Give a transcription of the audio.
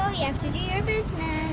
um you have to do your business.